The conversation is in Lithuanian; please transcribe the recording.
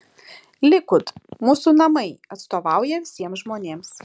likud mūsų namai atstovauja visiems žmonėms